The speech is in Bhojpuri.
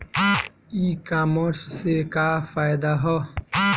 ई कामर्स से का फायदा ह?